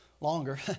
Longer